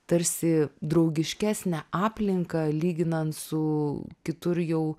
tarsi draugiškesnę aplinką lyginant su kitur jau